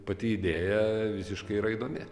pati idėja visiškai yra įdomi